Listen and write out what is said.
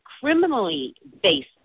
criminally-based